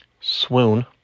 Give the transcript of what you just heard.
Swoon